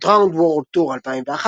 "Drowned World Tour 2001",